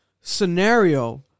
scenario